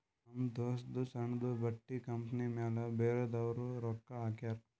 ನಮ್ ದೋಸ್ತದೂ ಸಣ್ಣುದು ಬಟ್ಟಿ ಕಂಪನಿ ಮ್ಯಾಲ ಬ್ಯಾರೆದವ್ರು ರೊಕ್ಕಾ ಹಾಕ್ಯಾರ್